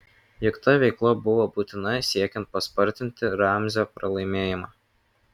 juk ta veikla buvo būtina siekiant paspartinti ramzio pralaimėjimą